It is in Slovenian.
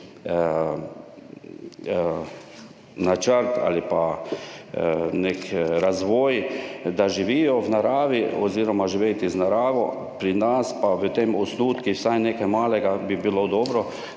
načrt ali pa nek razvoj, da živijo v naravi, oziroma živeti z naravo, pri nas pa v tem osnutku vsaj nekaj malega bi bilo dobro,